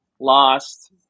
lost